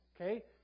Okay